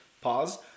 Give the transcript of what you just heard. pause